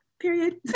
period